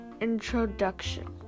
Introduction